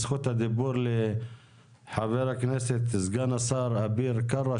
זכות הדיבור לחבר הכנסת סגן השר אביר קארה.